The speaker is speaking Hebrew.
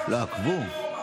ניר אורבך.